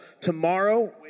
tomorrow